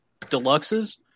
deluxes